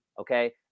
Okay